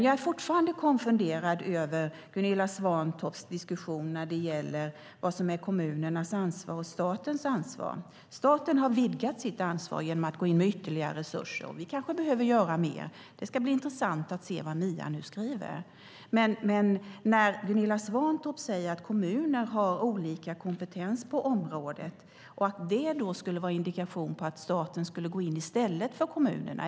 Jag är fortfarande konfunderad över Gunilla Svantorps diskussion när det gäller vad som är kommunernas ansvar och statens ansvar. Staten har vidgat sitt ansvar genom att gå in med ytterligare resurser. Vi kanske behöver göra mer. Det ska bli intressant att se vad MIA skriver. Gunilla Svantorp säger att kommunerna har olika kompetens på området och att det skulle vara en indikation på att staten skulle gå in i stället för kommunerna.